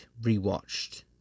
rewatched